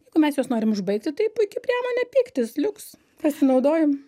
jeigu mes juos norim užbaigti tai puiki priemonė pyktis liuks pasinaudojom